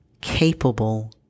capable